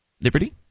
Liberty